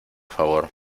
favor